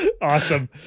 Awesome